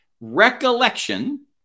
recollection